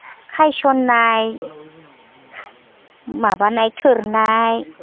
खायसननाय माबानाय थोरनाय